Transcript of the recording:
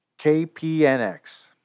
KPNX